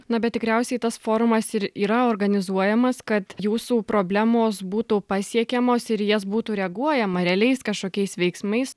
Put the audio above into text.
na bet tikriausiai tas forumas ir yra organizuojamas kad jūsų problemos būtų pasiekiamos ir jas būtų reaguojama realiais kažkokiais veiksmais